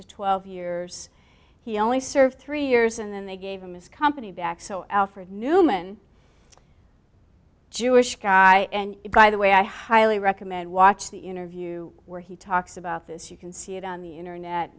to twelve years he only served three years and then they gave him his company back so alfred newman jewish guy and by the way i highly recommend watch the interview where he talks about this you can see it on the internet